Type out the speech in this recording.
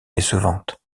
décevantes